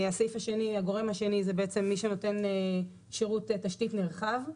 הגורם השני זה בעצם מי שנותן שירות תשתית נרחב,